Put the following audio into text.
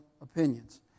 opinions